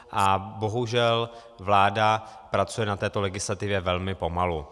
A bohužel vláda pracuje na této legislativě velmi pomalu.